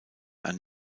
ein